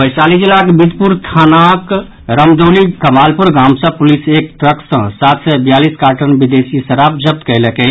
वैशाली जिलाक बिदुपुर थानाक रमदौली कमालपुर गाम सँ पुलिस एक ट्रक सँ सात सय बियालीस कार्टन विदेशी शराब जब्त कयलक अछि